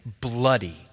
bloody